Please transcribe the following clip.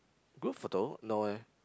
group photo no eh